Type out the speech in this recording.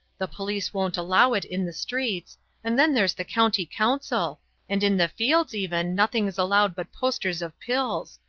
the police won't allow it in the streets and then there's the county council and in the fields even nothing's allowed but posters of pills.